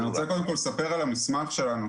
אני רוצה קודם כל לספר על המסמך שלנו,